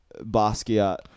basquiat